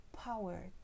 power